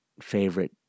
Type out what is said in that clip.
favorite